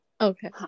Okay